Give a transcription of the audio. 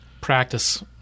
Practice